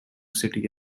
city